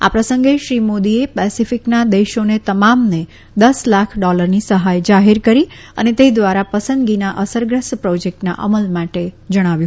આ પ્રસંગે શ્રી મોદીએ પેસેફીકના દેશોને તમામને દસ લાખ ડોલરની સહાય જાહેર કરી અને તે દ્વારા પસંદગીના અસરગ્રસ્ત પ્રોજેકટના અમલ માટે જણાવ્યું